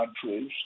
countries